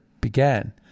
began